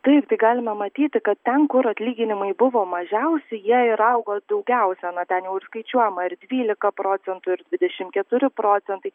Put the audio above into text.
taip tai galima matyti kad ten kur atlyginimai buvo mažiausi jie ir augo daugiausia na ten jau ir skaičiuojama ir dvylika procentų ir dvidešimt keturi procentai